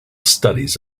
studies